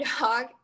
dog